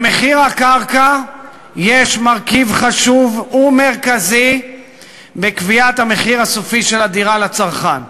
מחיר הקרקע הוא מרכיב חשוב ומרכזי בקביעת המחיר הסופי של הדירה לצרכן.